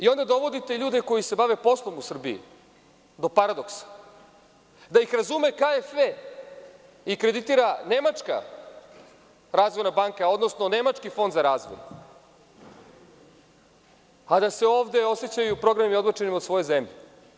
Onda dovodite ljude koji se bave poslom u Srbiji do paradoksa, da ih razume KFG i kreditira Nemačka razvojna banka, odnosno Nemački fond za razvoj, a da se ovde osećaju prognanim i odbačenim od svoje zemlje.